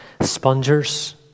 spongers